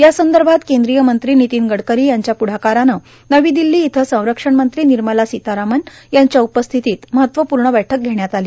यासंदर्भात केंद्रीय मंत्री नितीन गडकरी यांच्या पुढाकारानं नवी दिल्ली इथं संरक्षण मंत्री निर्मला सितारामण यांच्या उपस्थितीत महत्वपूर्ण बैठक घेण्यात आली